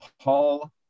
Paul